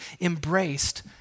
embraced